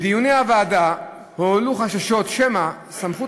בדיוני הוועדה הועלו חששות שמא סמכויות